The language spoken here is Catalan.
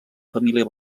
família